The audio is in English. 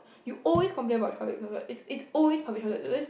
you always complain about public transport it's it's always public transport it's always